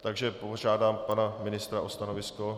Takže požádám pana ministra o stanovisko.